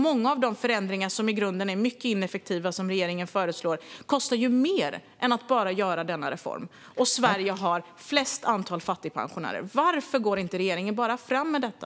Många av de förändringar som regeringen föreslår, som i grunden är mycket ineffektiva, kostar mer än att bara genomföra denna reform. Sverige har störst antal fattigpensionärer. Varför går inte regeringen fram med detta?